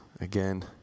again